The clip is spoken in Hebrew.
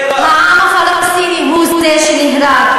מי נהרג?